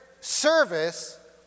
service